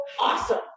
Awesome